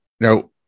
Now